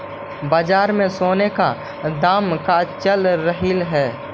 बाजार में सोने का दाम का चल रहलइ हे